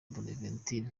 bonaventure